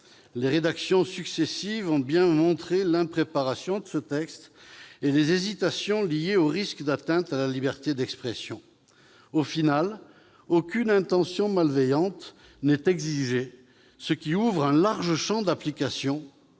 Les rédactions successives ont bien montré l'impréparation de ce texte et les hésitations liées aux risques d'atteinte à la liberté d'expression. Finalement, aucune intention malveillante n'est exigée, ce qui ouvre un large champ d'application.